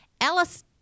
Alice